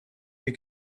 you